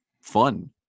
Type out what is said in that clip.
fun